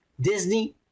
Disney